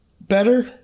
better